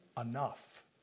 enough